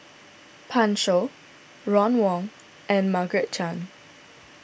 Pan Shou Ron Wong and Margaret Chan